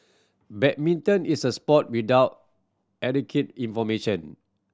badminton is a sport without adequate information